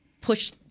push